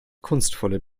kunstvolle